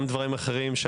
גם דברים אחרים,